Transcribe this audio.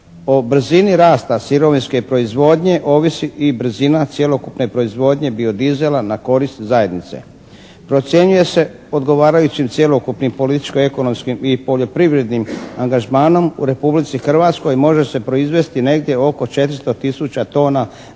O brzini rasta sirovinske proizvodnje ovisi i brzina cjelokupne proizvodnje bio-diesela na korist zajednice. Procjenjuje se odgovarajućim cjelokupnim političko-ekonomskim i poljoprivrednim angažmanom u Republici Hrvatskoj može se proizvesti negdje oko 400 tisuća tona